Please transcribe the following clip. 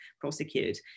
prosecute